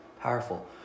powerful